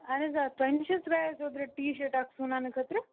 اَہن حظ آ تۄہہِ نِش حظ ترٛاوے اَسہِ اوترٕ ٹی شٲٹ اَکھ سُوناونہٕ خٲطرٕ